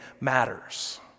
matters